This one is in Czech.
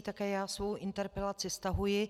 Také já svou interpelaci stahuji.